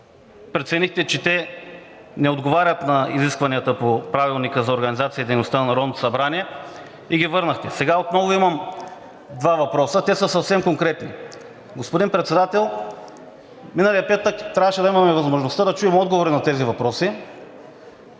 преценихте, че те не отговарят на изискванията по Правилника за организацията и дейността на Народното събрание и ги върнахте. Сега отново имам два въпроса, те са съвсем конкретни. Господин Председател, миналия петък трябваше да имаме възможността да чуем отговорите на тези въпроси,